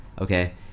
okay